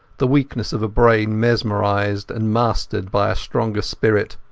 the weakness of a brain mesmerized and mastered by a stronger spirit.